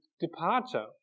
departure